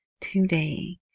today